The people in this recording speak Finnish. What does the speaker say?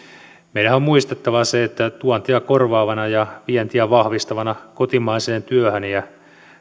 meidänhän on muistettava se että tuontia korvaavana ja vientiä vahvistavana kotimaiseen työhön ja